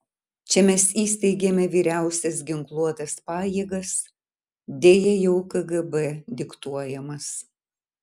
čia mes įsteigėme vyriausias ginkluotas pajėgas deja jau kgb diktuojamas